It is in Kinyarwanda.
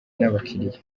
n’abakiliya